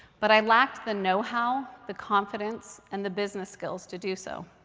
but i lacked the know-how, the confidence, and the business skills to do so.